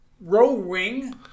Rowing